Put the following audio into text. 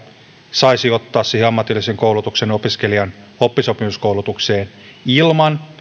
saisi ottaa ammatillisen koulutuksen opiskelijan oppisopimuskoulutukseen ilman